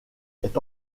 est